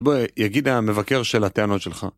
בוא, יגיד לי המבקר של הטענות שלך.